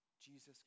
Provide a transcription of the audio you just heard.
Jesus